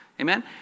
Amen